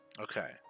Okay